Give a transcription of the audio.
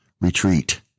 retreat